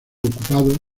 ocupado